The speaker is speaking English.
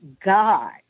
God